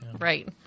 Right